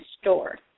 store